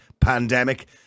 pandemic